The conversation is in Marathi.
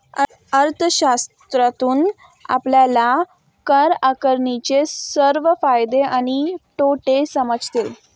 अर्थशास्त्रातून आपल्याला कर आकारणीचे सर्व फायदे आणि तोटे समजतील